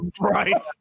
right